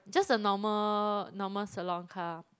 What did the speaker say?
just a normal normal salon car